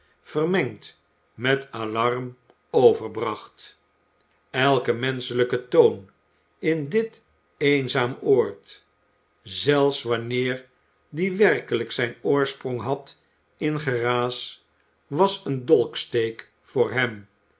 vermengd met alarm overbracht elke menschelijke toon in dit eenzaam oord zelfs wanneer die werkelijk zijn oorsprong had in geraas was een dolksteek voor hem